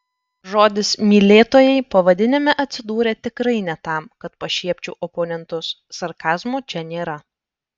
žodis mylėtojai pavadinime atsidūrė tikrai ne tam kad pašiepčiau oponentus sarkazmo čia nėra